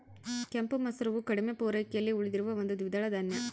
ಕೆಂಪು ಮಸೂರವು ಕಡಿಮೆ ಪೂರೈಕೆಯಲ್ಲಿ ಉಳಿದಿರುವ ಒಂದು ದ್ವಿದಳ ಧಾನ್ಯ